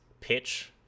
pitch